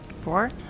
Four